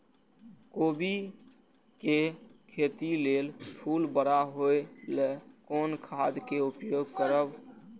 कोबी के खेती लेल फुल बड़ा होय ल कोन खाद के उपयोग करब?